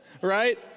right